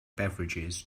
beverages